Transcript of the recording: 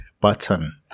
button